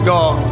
God